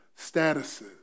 statuses